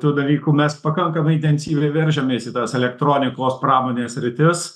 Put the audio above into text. tų dalykų mes pakankamai intensyviai veržiamės į tas elektronikos pramonės sritis